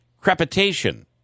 crepitation